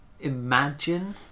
imagine